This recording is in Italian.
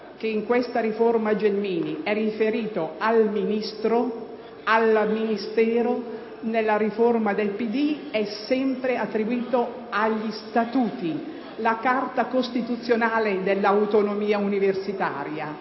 che nella riforma Gelmini eriferito al Ministro e al Ministero, nella riforma del PD e sempre attribuito agli statuti, che sono la Carta costituzionale dell’autonomia universitaria.